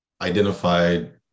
identified